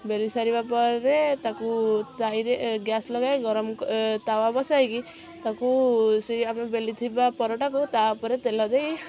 ବେଲି ସାରିବା ପରେ ତାକୁ ତାହିଁରେ ଗ୍ୟାସ ଲଗାଇ ଗରମ ତାୱା ବସାଇକି ତାକୁ ସେଇ ଆମେ ବେଲିଥିବା ପରଟାକୁ ତା ଉପରେ ତେଲ ଦେଇ